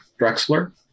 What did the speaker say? Drexler